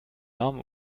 arme